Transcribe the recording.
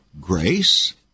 grace